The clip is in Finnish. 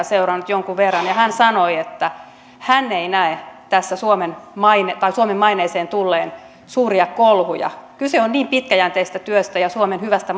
seurannut jonkin verran ja hän sanoi että hän ei näe tässä suomen maineeseen tulleen suuria kolhuja kyse on niin pitkäjänteisestä työstä ja suomen hyvästä